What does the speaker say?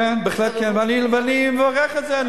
בהחלט כן, ואני מברך על זה.